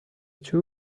two